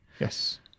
yes